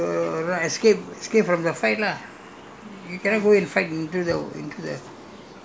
right so what do you feel the best is to to to escape escape from the fight lah